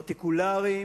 פרטיקולריים,